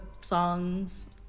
songs